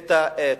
את התופעה.